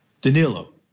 Danilo